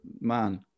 man